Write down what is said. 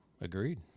Agreed